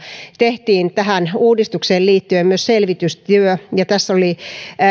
tehtiin kaksituhattaseitsemäntoista tähän uudistukseen liittyen myös selvitystyö ja tässä oli